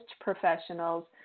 professionals